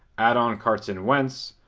add on carson wentz,